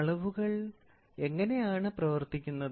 അളവുകൾ എങ്ങനെയാണ് പ്രവർത്തിക്കുന്നത്